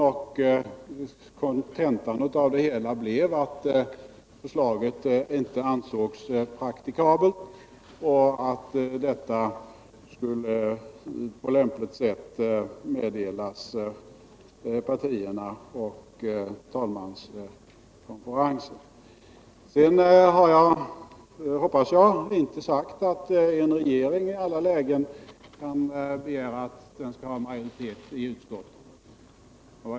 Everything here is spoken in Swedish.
Kontentan av det hela blev att förslaget inte ansågs praktikabelt och att detta på lämpligt sätt skulle meddelas partierna och talmanskonferensen. Sedan har jag inte — hoppas jag — sagt att en regering i alla lägen kan begära att ha majoritet i utskotten.